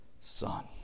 Son